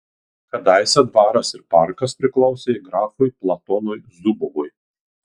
kadaise dvaras ir parkas priklausė grafui platonui zubovui